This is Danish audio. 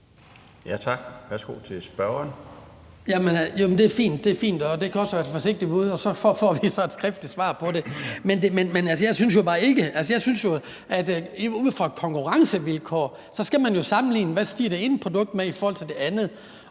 Kristian Skibby (DD): Det er fint – det er fint, og det kan også være et forsigtigt bud, og så får vi et skriftligt svar på det. Men jeg synes bare, at ud fra hensynet til et konkurrencevilkår skal man jo sammenligne, hvad det ene produkt stiger med i forhold til det andet.